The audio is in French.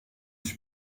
suis